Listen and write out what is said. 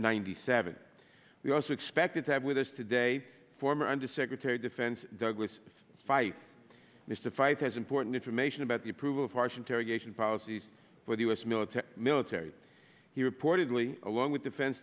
ninety seven we also expected to have with us today former undersecretary of defense douglas feith mystified as important information about the approval of harsh interrogation policies for the u s military military he reportedly along with defense